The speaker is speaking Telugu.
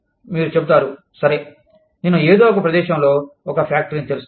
మీరు చెబుతారు సరే నేను ఏదో ఒక ప్రదేశంలో ఒక ఫ్యాక్టరీని తెరుస్తాను